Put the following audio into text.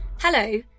Hello